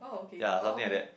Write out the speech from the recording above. ya something like that